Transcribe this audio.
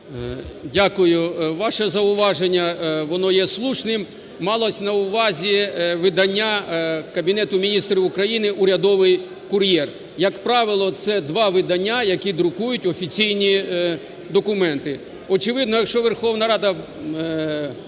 Дякую. Ваше зауваження воно є слушним. Малось на увазі видання Кабінету Міністрів України "Урядовий кур'єр". Як правило, це два видання, які друкують офіційні документи. Очевидно, якщо Верховна Рада